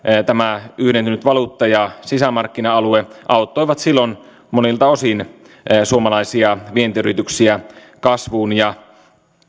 tämä yhdentynyt valuutta ja sisämarkkina alue auttoivat silloin monilta osin suomalaisia vientiyrityksiä kasvuun ja